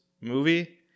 movie